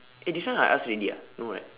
eh this one I ask already ah no right